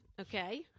okay